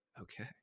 okay